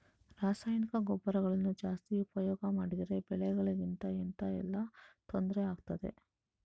ರಾಸಾಯನಿಕ ಗೊಬ್ಬರಗಳನ್ನು ಜಾಸ್ತಿ ಉಪಯೋಗ ಮಾಡಿದರೆ ಬೆಳೆಗಳಿಗೆ ಎಂತ ಎಲ್ಲಾ ತೊಂದ್ರೆ ಆಗ್ತದೆ?